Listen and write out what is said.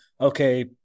okay